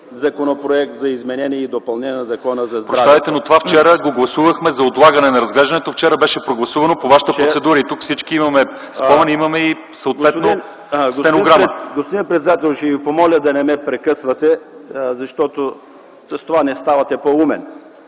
Законопроект за изменение и допълнение на Закона за здравето. ПРЕДСЕДАТЕЛ ЛЪЧЕЗАР ИВАНОВ: Прощавайте, но това вчера го гласувахме – за отлагане на разглеждането. Вчера беше прогласувано по Вашата процедура. Тук всички имаме спомени, имаме съответно и стенограма. РАМАДАН АТАЛАЙ: Господин председател, ще Ви помоля да не ме прекъсвате, защото с това не ставате по-умен.